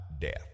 death